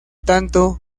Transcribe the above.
tanto